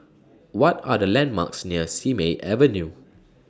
What Are The landmarks near Simei Avenue